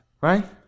Right